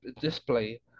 display